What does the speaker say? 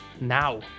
Now